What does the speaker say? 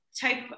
type